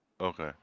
Okay